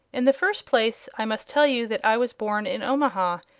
in the first place, i must tell you that i was born in omaha,